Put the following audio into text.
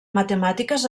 matemàtiques